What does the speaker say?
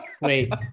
Wait